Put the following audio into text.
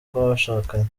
kw’abashakanye